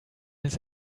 his